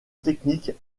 technique